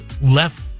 left